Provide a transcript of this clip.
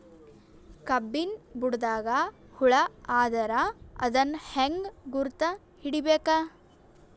ಕಬ್ಬಿನ್ ಬುಡದಾಗ ಹುಳ ಆದರ ಅದನ್ ಹೆಂಗ್ ಗುರುತ ಹಿಡಿಬೇಕ?